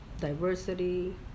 diversity